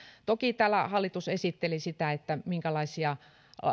toki täällä hallitus esitteli sitä minkälaisia